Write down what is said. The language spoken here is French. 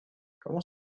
comment